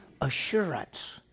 assurance